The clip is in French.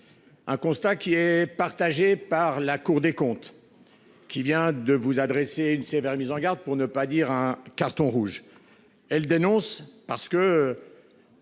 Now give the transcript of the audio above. Un constat qui est partagé par la Cour des comptes. Qui vient de vous adresser une sévère mise en garde pour ne pas dire un carton rouge. Elle dénonce parce que.